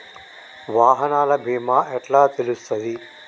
వాహనాల బీమా ఎట్ల తెలుస్తది?